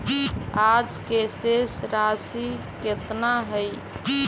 आज के शेष राशि केतना हई?